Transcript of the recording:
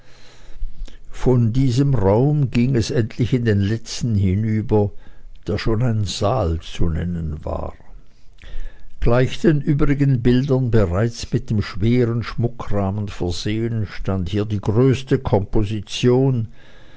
von diesem raume ging es endlich in den letzten hinüber der schon ein saal zu nennen war gleich den übrigen bildern bereits mit dem schweren schmuckrahmen versehen stand hier die größte komposition